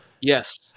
Yes